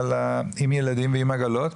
עם ילדים ועם עגלות,